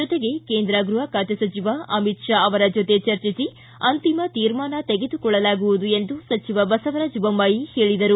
ಜೊತೆಗೆ ಕೇಂದ್ರ ಗೃಹ ಖಾತೆ ಸಚಿವ ಅಮಿತ್ ಶಾ ಅವರ ಜೊತೆ ಚರ್ಚಿಸಿ ಅಂತಿಮ ತೀರ್ಮಾನ ತೆಗೆದುಕೊಳ್ಳಲಾಗುವುದು ಎಂದು ಸಚಿವ ಬಸವರಾಜ್ ಬೊಮ್ಬಾಯಿ ಹೇಳಿದರು